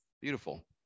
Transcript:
beautiful